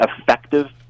effective